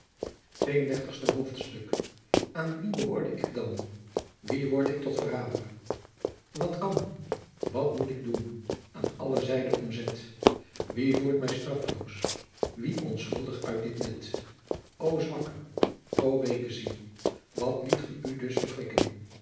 tweeëndertigste hoofdstuk aan wien behoore ik dan wien word ik tot verrader wat kan wat moet ik doen aan alle zijde omzet wie voert mij strafloos wie onschuldig uit dit net ô zwakke ô weeke ziel wat liet ge u dus verwrikken